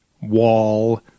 wall